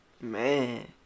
Man